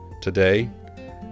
Today